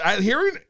hearing